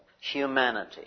humanity